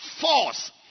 force